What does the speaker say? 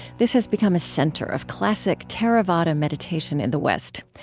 this has become a center of classic theravada meditation in the west.